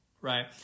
right